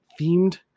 themed